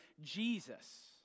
Jesus